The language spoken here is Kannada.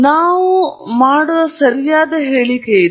ನಾವು ಮಾಡುವ ಸರಿಯಾದ ಹೇಳಿಕೆ ಇದು